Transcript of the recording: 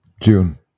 June